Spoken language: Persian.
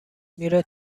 میره